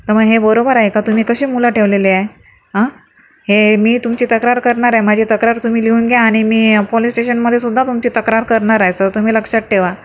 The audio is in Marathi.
तर मग हे बरोबर आहे का तुम्ही कशी मुलं ठेवलेली आहे हे मी तुमची तक्रार करणार आहे माझी तक्रार तुम्ही लिहून घ्या आणि मी पोलिस स्टेशनमध्ये सुद्धा तुमची तक्रार करणार आहे सर तुम्ही लक्षात ठेवा